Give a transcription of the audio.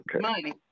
Money